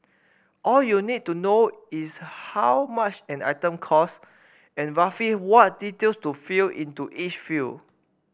all you need to know is how much an item cost and roughly what details to fill into each field